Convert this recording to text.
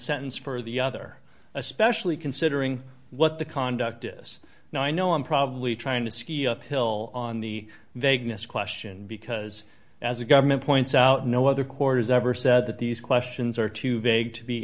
sentence for the other especially considering what the conduct this now i know i'm probably trying to ski uphill on the vagueness question because as the government points out no other quarters ever said that these questions are too big to be